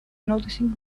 noticing